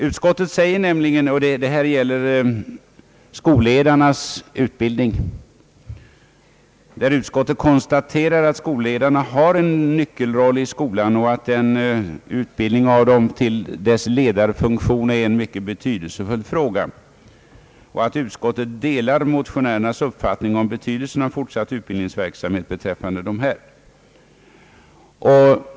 Utskottet säger nämligen beträffande <skolledarnas utbildning, som det här gäller, att skolledarna har en nyckelroll i skolan och att utbildningen av dessa till den ledarfunktion de innehar är en mycket betydelsefull fråga. Man säger sig också dela motionärernas uppfattning om betydelsen av fortsatt utbildningsverksamhet för denna kategori.